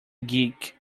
geek